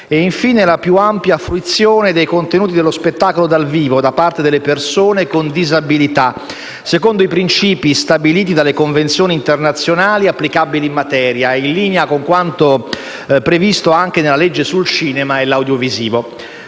e infine la più ampia fruizione dei contenuti dello spettacolo dal vivo da parte delle persone con disabilità, secondo i principi stabiliti dalle convenzioni internazionali applicabili in materia, in linea con quanto previsto anche dalla legge sul cinema e l'audiovisivo.